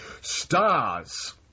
Stars